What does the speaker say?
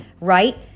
right